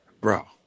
bro